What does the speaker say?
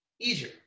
easier